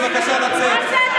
בבקשה לצאת.